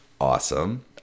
awesome